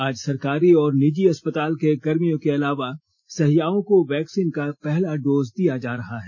आज सरकारी और निजी अस्पताल के कर्मियों के अलावा सहियाओं को वैक्सीन का पहला डोज दिया जा रहा है